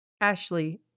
Ashley